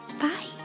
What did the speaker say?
Bye